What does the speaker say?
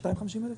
250 אלף?